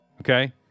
Okay